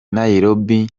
nairobi